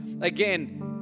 again